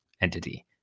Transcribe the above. entity